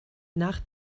nach